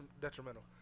detrimental